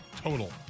total